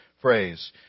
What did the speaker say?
phrase